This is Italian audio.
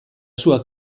sua